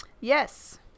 Yes